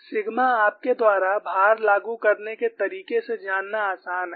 sigma आपके द्वारा भार लागू करने के तरीके से जानना आसान है